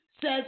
says